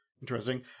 interesting